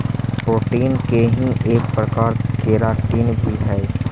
protein के ही एक प्रकार केराटिन भी हई